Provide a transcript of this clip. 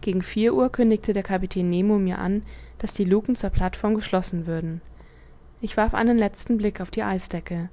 gegen vier uhr kündigte der kapitän nemo mir an daß die lucken zur plateform geschlossen würden ich warf einen letzten blick auf die eisdecke